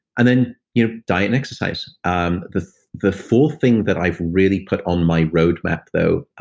and then, you know diet and exercise um the the fourth thing that i've really put on my roadmap though,